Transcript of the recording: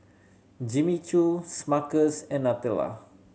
Jimmy Choo Smuckers and Nutella